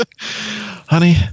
Honey